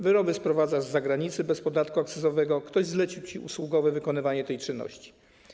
Wyroby sprowadzasz z zagranicy bez podatku akcyzowego, ktoś zlecił ci usługowe wykonywanie tej czynności.